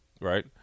Right